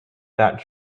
that